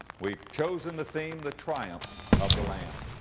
we've chosen the theme, the triumph of the lamb.